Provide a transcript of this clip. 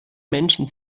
menschen